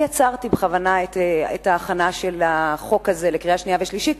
אני עצרתי בכוונה את ההכנה של החוק הזה לקריאות השנייה והשלישית,